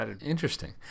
interesting